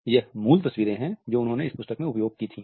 यह मूल तस्वीरें हैं जो उन्होंने इस पुस्तक में उपयोग की थीं